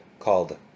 Called